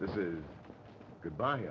this is goodbye